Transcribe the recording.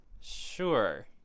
sure